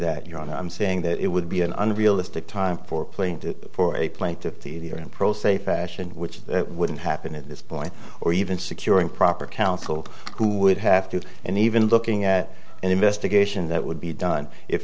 that your honor i'm saying that it would be an unrealistic time for playing for a plaintiff t d or in pro se fashion which that wouldn't happen at this point or even securing proper counsel who would have to and even looking at an investigation that would be done if